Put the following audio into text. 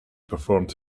performed